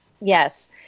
Yes